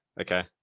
Okay